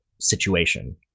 situation